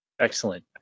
Excellent